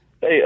Hey